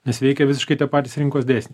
nes veikia visiškai tie patys rinkos dėsniai